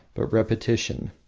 but repetition.